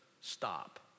stop